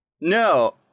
No